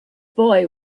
boy